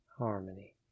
Harmony